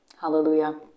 Hallelujah